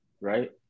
right